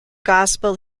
gospel